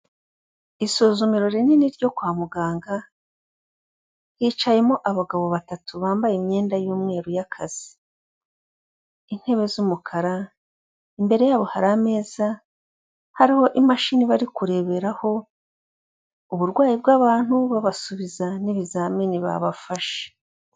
Isuzumiro rinini ryo kwa muganga hicayemo abagabo batatu bambaye imyenda y'umweru y'akazi, intebe z'umukara, imbere yabo hari ameza hariho imashini bari kureberaho uburwayi bw'abantu babasubiza n'ibizamini babafashe.